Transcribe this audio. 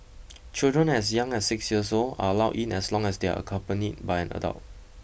children as young as six years old are allowed in as long as they are accompanied by an adult